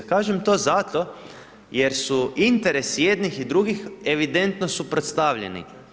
Kažem to zato jer su interesi jednih i drugih evidentno suprotstavljeni.